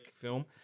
film